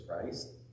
christ